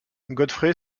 godfrey